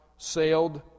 sailed